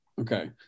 okay